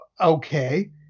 Okay